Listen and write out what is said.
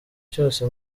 cyose